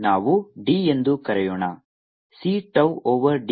ನಾವು d ಎಂದು ಕರೆಯೋಣ c tau ಓವರ್ d